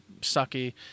sucky